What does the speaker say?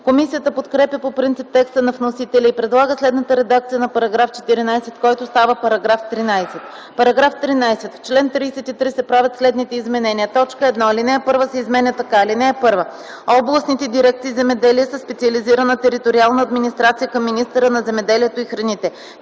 Комисията подкрепя по принцип текста на вносителя и предлага следната редакция на § 14, който става § 13: „§ 13. В чл. 33 се правят следните изменения: 1. Алинея 1 се изменя така: „(1) Областните дирекции "Земеделие" са специализирана териториална администрация към министъра на земеделието и храните.